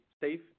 safe